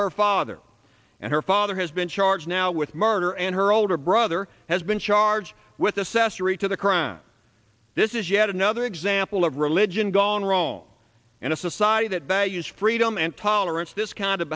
her father and her father has been charged now with murder and her older brother has been charged with assessed rita the crime this is yet another example of religion gone wrong in a society that values freedom and tolerance this kind of